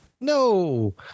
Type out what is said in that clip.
no